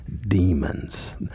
demons